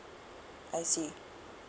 I see